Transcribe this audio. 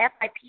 FIP